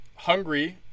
Hungary